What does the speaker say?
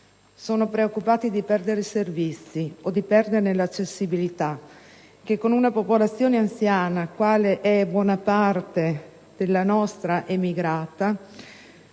sono preoccupati di perdere servizi o di perderne l'accessibilità. Con una popolazione anziana, qual è buona parte della nostra emigrata,